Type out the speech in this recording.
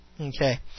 Okay